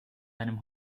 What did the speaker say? deinem